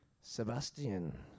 Sebastian